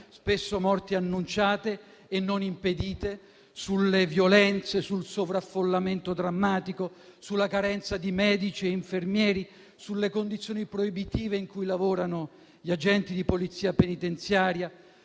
spesso morti annunciate e non impedite, sulle violenze, sul sovraffollamento drammatico, sulla carenza di medici e infermieri, sulle condizioni proibitive in cui lavorano gli agenti di Polizia penitenziaria,